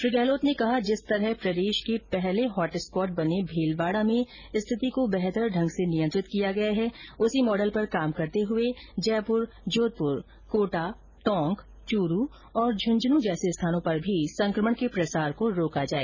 श्री गहलोत ने कहा कि जिस तरह प्रदेश के पहले हॉटस्पॉट बने भीलवाडा में स्थिति को बेहतर ढंग से नियंत्रित किया गया है उसी मॉडल पर काम करते हुए जयपुर जोधपुर कोटा टोंक चूरू झुंझुनूं आदि स्थानों पर भी संक्रमण के प्रसार को रोका जाए